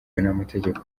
n’amategeko